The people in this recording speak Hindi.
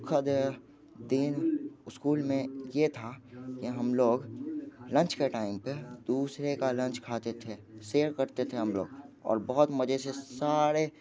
सुखद दिन स्कूल ये था कि हम लोग लंच का टाइम पे दूसरे का लंच खाते थे शेयर करते थे हम लोग और बहुत मजे से सारे